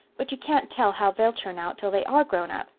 but you can't tell how they'll turn out till they are grown up.